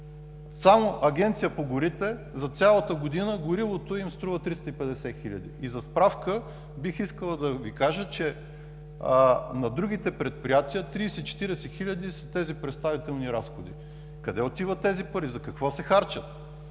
Само на Агенцията по горите за цялата година горивото им струва 350 хиляди и за справка бих искал да Ви кажа, че на другите предприятия тези представителни разходи са 30-40 хиляди. Къде отиват тези пари? За какво се харчат?